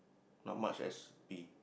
not much as we